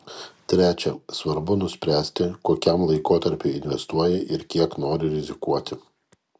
trečia svarbu nuspręsti kokiam laikotarpiui investuoji ir kiek nori rizikuoti